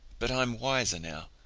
but i'm wiser now.